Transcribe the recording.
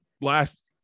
last